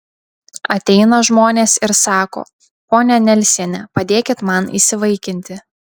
ateina žmonės ir sako ponia nelsiene padėkit man įsivaikinti